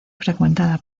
frecuentada